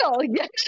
Yes